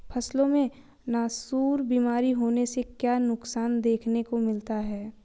फसलों में नासूर बीमारी होने से क्या नुकसान देखने को मिलता है?